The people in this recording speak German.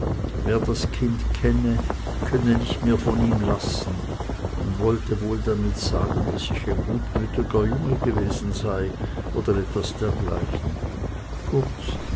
wer das kind kenne könne nicht mehr von ihm lassen und wollte wohl damit sagen daß ich ein gutmütiger junge gewesen sei oder etwas dergleichen kurz